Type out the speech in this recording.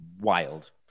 wild